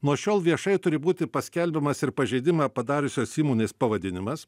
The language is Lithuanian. nuo šiol viešai turi būti paskelbiamas ir pažeidimą padariusios įmonės pavadinimas